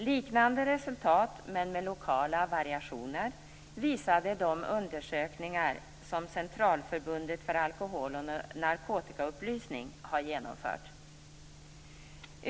Liknande resultat, men med lokala variationer, visade de undersökningar som Centralförbundet för alkoholoch narkotikaupplysning, CAN, har genomfört.